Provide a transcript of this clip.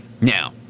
Now